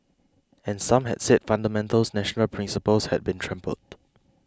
and some had said fundamental national principles had been trampled